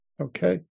Okay